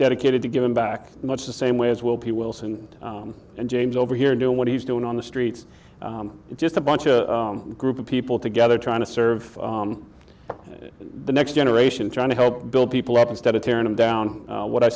dedicated to giving back much the same way as will be wilson and james over here doing what he's doing on the streets it's just a bunch a group of people together trying to serve the next generation trying to help build people up instead of tearing them down what i